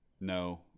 No